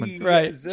Right